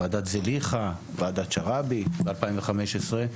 ועדת זליכה, ועדת שרעבי ב-2015,